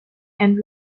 and